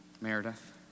Meredith